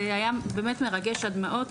זה היה באמת מרגש עד דמעות.